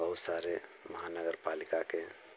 बहुत सारे महानगरपालिका के